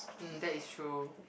um that is true